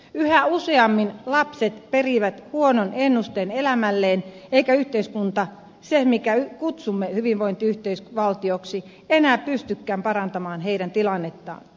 yhä useammin lapset perivät huonon ennusteen elämälleen eikä yhteiskunta se mitä kutsumme hyvinvointivaltioksi enää pystykään parantamaan heidän tilannettaan